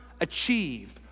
achieve